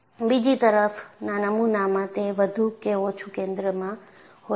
બીજી તરફના નમૂનામાં તે વધુ કે ઓછું કેન્દ્રમાં હોય છે